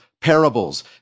parables